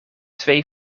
twee